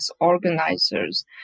organizers